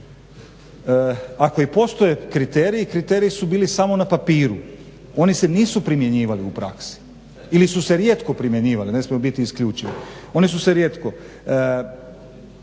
Ako i postoje kriteriji, kriteriji su bili samo na papiru, oni se nisu primjenjivali u praksi ili su se rijetko primjenjivali u praksi. Ne smiju biti isključivi. Oni su se rijetko. Da gospodari